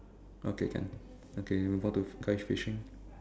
okay can okay move on to guy fishing